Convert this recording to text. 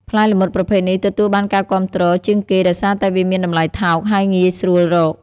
ផ្លែល្មុតប្រភេទនេះទទួលបានការគាំទ្រជាងគេដោយសារតែវាមានតម្លៃថោក ហើយងាយស្រួលរក។